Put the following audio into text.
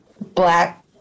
black